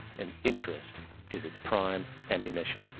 and interest is its prime ammunition